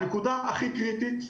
הנקודה הכי קריטית,